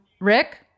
Rick